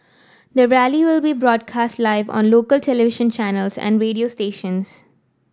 the rally will be broadcast live on local television channels and radio stations